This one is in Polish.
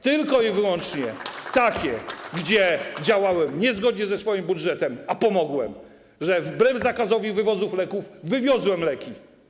Tylko i wyłącznie takie, gdzie działałem niezgodnie ze swoim budżetem, a pomogłem, że wbrew zakazowi wywozu leków wywiozłem leki.